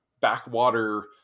backwater